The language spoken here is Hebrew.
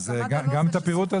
מד"א לא זה מסווג תאונות עבודה.